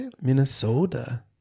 Minnesota